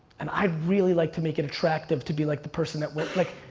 and i'd really like to make it attractive to be like the person that went like,